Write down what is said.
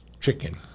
chicken